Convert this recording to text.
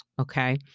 okay